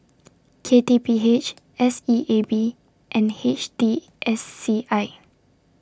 K T P H S E A B and H T S C I